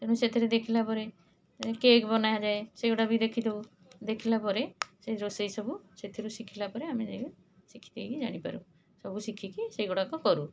ତେଣୁ ସେଥିରେ ଦେଖିଲାପରେ ଏଁ କେକ୍ ବନାଯାଏ ସେଇଗୁଡ଼ା ବି ଦେଖିଥାଉ ଦେଖିଲାପରେ ସେଇ ରୋଷେଇ ସବୁ ସେଥିରୁ ଶିଖିଲାପରେ ଆମେ ଯାଇକି ଶିଖିକି ଜାଣିପାରୁ ସବୁ ଶିଖିକି ସେଇ ଗୁଡ଼ାକକରୁ